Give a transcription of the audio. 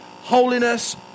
holiness